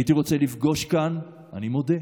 הייתי רוצה לפגוש כאן, אני מודה,